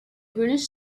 greenish